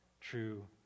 true